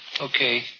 Okay